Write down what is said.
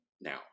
now